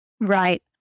Right